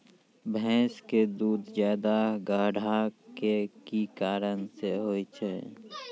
भैंस के दूध ज्यादा गाढ़ा के कि कारण से होय छै?